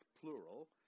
plural